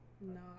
No